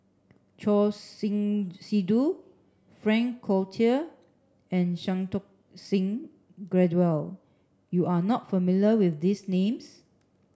Choor Singh Sidhu Frank Cloutier and Santokh Singh Grewal you are not familiar with these names